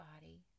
body